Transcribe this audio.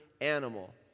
animal